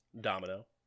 Domino